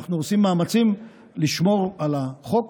אנחנו עושים מאמצים לשמור על החוק,